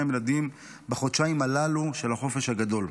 ילדים בחודשיים הללו של החופש הגדול.